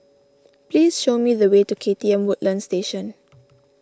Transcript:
please show me the way to K T M Woodlands Station